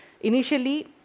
Initially